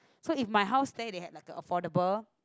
so if my house there they have like an affordable